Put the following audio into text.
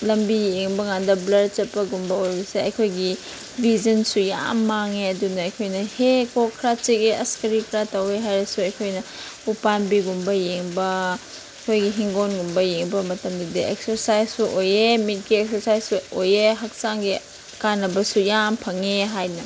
ꯂꯝꯕꯤ ꯌꯦꯡꯕꯀꯥꯟꯗ ꯕ꯭ꯂꯔ ꯆꯠꯄꯒꯨꯝꯕ ꯑꯣꯏꯕꯁꯦ ꯑꯩꯈꯣꯏꯒꯤ ꯚꯤꯖꯟꯁꯨ ꯌꯥꯝ ꯃꯥꯡꯉꯦ ꯑꯗꯨꯅ ꯑꯩꯈꯣꯏꯅ ꯍꯦꯛ ꯑꯁ ꯀꯔꯤ ꯀꯔꯥ ꯇꯧꯋꯦ ꯍꯥꯏꯔꯁꯨ ꯑꯩꯈꯣꯏꯅ ꯎ ꯄꯥꯝꯕꯤꯒꯨꯝꯕ ꯌꯦꯡꯕ ꯑꯩꯈꯣꯏꯒꯤ ꯍꯤꯡꯒꯣꯜꯒꯨꯝꯕ ꯌꯦꯡꯕ ꯃꯇꯝꯗꯗꯤ ꯑꯦꯛꯁꯔꯁꯥꯏꯁꯁꯨ ꯑꯣꯏꯌꯦ ꯃꯤꯠꯀꯤ ꯑꯦꯛꯁꯔꯁꯥꯏꯁꯁꯨ ꯑꯣꯏꯌꯦ ꯍꯛꯆꯥꯡꯒꯤ ꯀꯥꯟꯅꯕꯁꯨ ꯌꯥꯝ ꯐꯪꯉꯦ ꯍꯥꯏꯅ